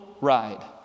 ride